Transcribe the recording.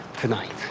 tonight